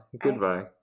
Goodbye